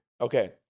Okay